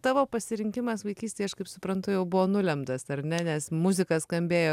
tavo pasirinkimas vaikystėj aš kaip suprantu jau buvo nulemtas ar ne nes muzika skambėjo